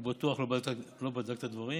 הוא בטוח לא בדק את הדברים,